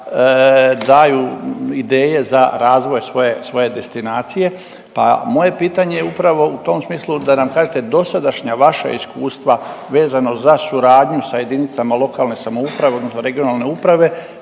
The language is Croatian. daju ideje za razvoj svoje, svoje destinacije, pa moje pitanje je upravo u tom smislu da nam kažete dosadašnja vaša iskustva vezana za suradnju sa JLS odnosno regionalne uprave